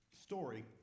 story